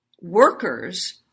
workers